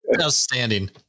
Outstanding